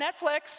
Netflix